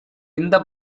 இந்த